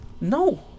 No